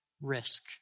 risk